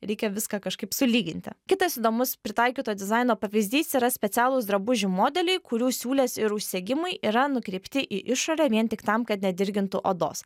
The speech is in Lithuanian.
reikia viską kažkaip sulyginti kitas įdomus pritaikyto dizaino pavyzdys yra specialūs drabužių modeliai kurių siūlės ir užsegimai yra nukreipti į išorę vien tik tam kad nedirgintų odos